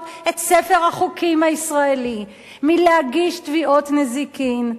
את ספר החוקים הישראלי להגיש תביעות נזיקין,